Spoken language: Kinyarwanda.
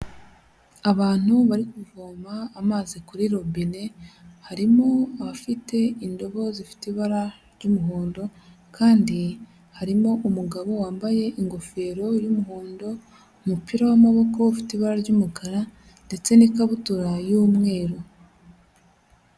Abantu bari kuvoma amazi kuri robine harimo abafite indobo zifite ibara ry'umuhondo kandi harimo umugabo wambaye ingofero y'umuhondo, umupira w'amaboko ufite ibara ry'umukara ndetse n'ikabutura y'umweru.